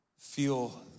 feel